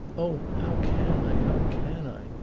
oh, how can i how can i?